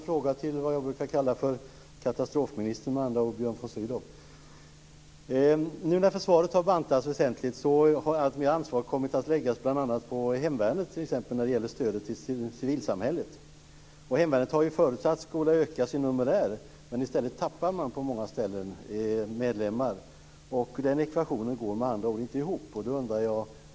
Fru talman! Jag har en fråga till Nu när försvaret har bantats väsentligt har alltmer ansvar kommit att läggas på bl.a. hemvärnet, t.ex. när det gäller stödet till civilsamhället. Hemvärnet har förutsatts skola öka sin numerär, men i stället tappar man medlemmar på många ställen. Den ekvationen går med andra ord inte ihop.